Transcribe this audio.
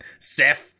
Seth